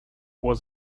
was